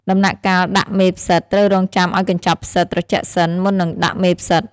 ដំណាក់កាលដាក់មេផ្សិត ត្រូវរង់ចាំឲ្យកញ្ចប់ផ្សិតត្រជាក់សិន មុននឹងដាក់មេផ្សិត។